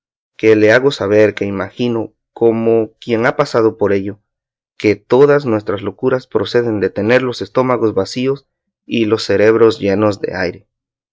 que le hago saber que imagino como quien ha pasado por ello que todas nuestras locuras proceden de tener los estómagos vacíos y los celebros llenos de aire